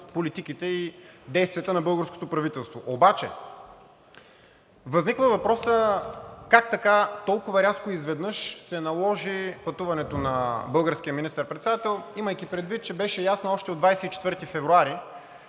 политиките и действията на българското правителство. Възниква въпросът как така толкова рязко изведнъж се наложи пътуването на българския министър-председател, имайки предвид, че беше ясно още от 24 февруари,